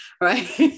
Right